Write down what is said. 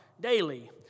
daily